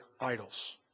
idols